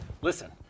Listen